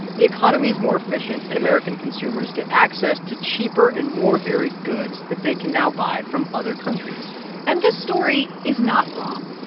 the economy's more efficient, and american consumers get access to cheaper and more varied goods that they can now buy from other countries and this story is not wrong.